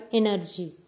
energy